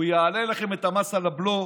הוא יעלה לכם את המס, הבלו,